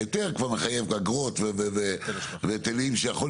ההיתר כבר מחייב אגרות והתלים שיכול